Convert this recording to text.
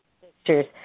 pictures